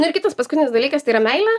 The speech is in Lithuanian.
na kitas paskutinis dalykas tai yra meilė